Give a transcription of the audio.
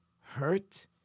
hurt